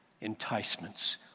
enticements